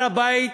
הר-הבית